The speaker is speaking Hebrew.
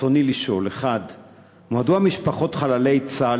רצוני לשאול: 1. מדוע משפחות חללי צה"ל